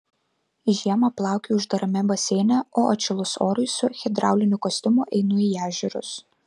žiemą plaukioju uždarame baseine o atšilus orui su hidrauliniu kostiumu einu į ežerus